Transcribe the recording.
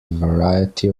variety